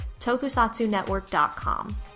tokusatsunetwork.com